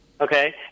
Okay